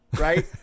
right